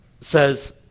says